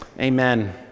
Amen